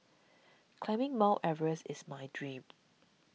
climbing Mount Everest is my dream